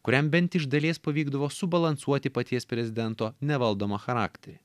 kuriam bent iš dalies pavykdavo subalansuoti paties prezidento nevaldomą charakterį